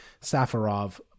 Safarov